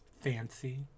fancy